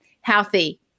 Healthy